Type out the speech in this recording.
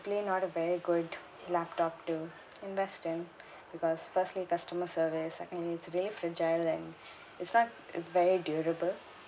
not a very good laptop to invest in because firstly customer service secondly it's really fragile and it's not very durable